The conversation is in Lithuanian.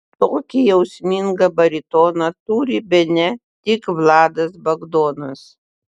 tokį jausmingą baritoną turi bene tik vladas bagdonas